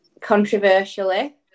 controversially